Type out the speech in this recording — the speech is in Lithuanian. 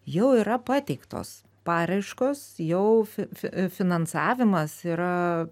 jau yra pateiktos paraiškos jau fi fi finansavimas yra